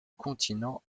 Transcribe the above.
continent